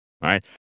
right